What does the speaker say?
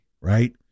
right